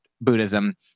Buddhism